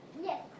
Yes